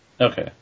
Okay